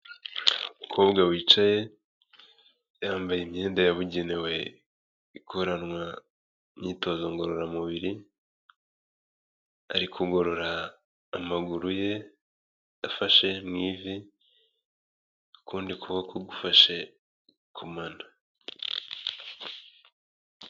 Umukobwa wicaye, yambaye imyenda yabugenewe ikoranwa imyitozo ngororamubiri, ari kugorora amaguru ye afashe mu ivi, ukundi kuboko gufashe ku mano.